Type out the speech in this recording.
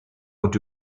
und